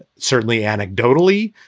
certainly anecdotally,